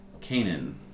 Canaan